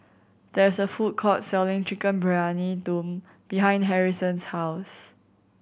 there is a food court selling Chicken Briyani Dum behind Harrison's house